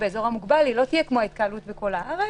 באזור מוגבל לא תהיה כמו התקהלות בכל הארץ.